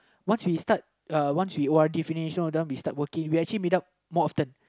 once we start uh once we O_R_D finish you know then we start working we actually meet up more often